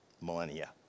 millennia